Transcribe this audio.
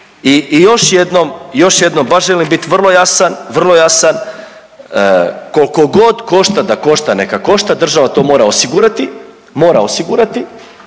još jednom, baš želim bit vrlo jasan, vrlo jasan. Koliko god košta da košta, neka košta, država to mora osigurati, mora osigurati,